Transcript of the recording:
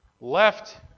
left